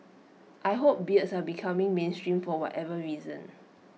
I hope beards are becoming mainstream for whatever reason